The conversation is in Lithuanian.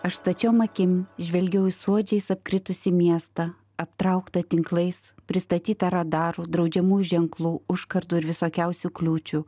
aš stačiom akim žvelgiau į suodžiais apkritusį miestą aptrauktą tinklais pristatytą radarų draudžiamų ženklų užkardų ir visokiausių kliūčių